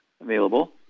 available